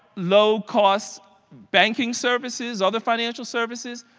low cost banking services. other financial services.